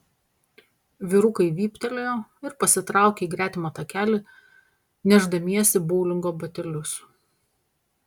vyrukai vyptelėjo ir pasitraukė į gretimą takelį nešdamiesi boulingo batelius